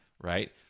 right